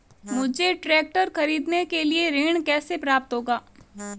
मुझे ट्रैक्टर खरीदने के लिए ऋण कैसे प्राप्त होगा?